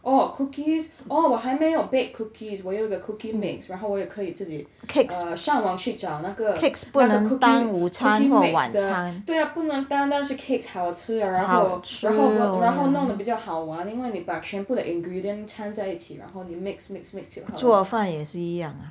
oh cookies oh 我还没有 bake cookies 我有一个 cookie mix 然后可以自己 err 上网去找那个 cookie cookie mix 的对 ah 不能单单是 cakes 好吃然后然后然后弄得比较好 ah 因为你把全部的 ingredients 参在一起然后你 mix mix mix 就好了